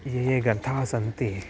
ये ग्रन्थाः सन्ति